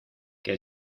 que